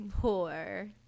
poor